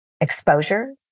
exposure